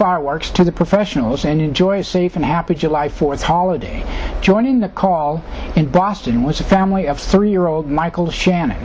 fireworks to the professionals and enjoy city from happy july fourth holiday joining the call in boston with a family of three year old michael shannon